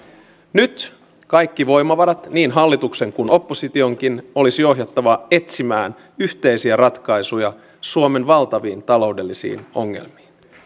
nyt kaikki voimavarat niin hallituksen kuin oppositionkin olisi ohjattava etsimään yhteisiä ratkaisuja suomen valtaviin taloudellisiin ongelmiin